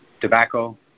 tobacco